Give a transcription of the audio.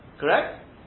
Correct